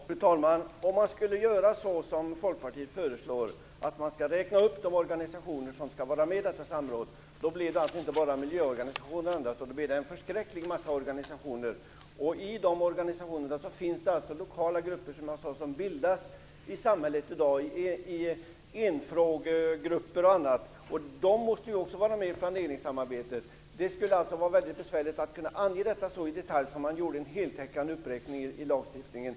Fru talman! Om man skulle göra så som Folkpartiet föreslår, dvs. om man skulle räkna upp de organisationer som skall vara med i dessa samråd, då blir det en förskräckligt massa organisationer. Inom dessa organisationer finns det lokala grupper som bildas i samhället i dag, enfrågegrupper och annat. De måste ju också få vara med i planeringsarbetet. Det skulle alltså vara väldigt besvärligt att i detalj ange vilka grupper som skulle vara med så att det blev en heltäckande uppräkning i lagstiftningen.